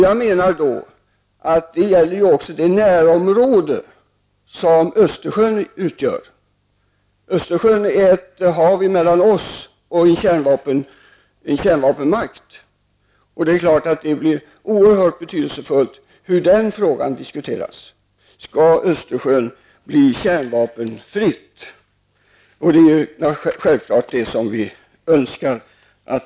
Jag menar att det också gäller det närområde som Östersjön utgör. Östersjön är ett hav mellan oss och en kärnvapenmakt. Det blir oerhört betydelsefullt hur den frågan diskuteras. Skall Östersjön bli kärnvapenfri? Det är självklart det vi önskar.